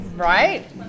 Right